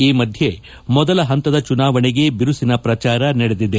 ಈ ಮಧ್ಯೆ ಮೊದಲ ಹಂತದ ಚುನಾವಣೆಗೆ ಬಿರುಸಿನ ಪ್ರಚಾರ ನಡೆದಿದೆ